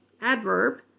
adverb